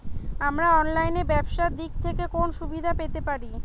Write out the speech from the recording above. আমরা অনলাইনে ব্যবসার দিক থেকে কোন সুবিধা পেতে পারি?